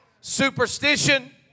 superstition